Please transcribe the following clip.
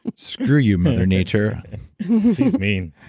screw you mother nature she's mean